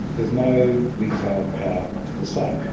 there's no retail power to the site.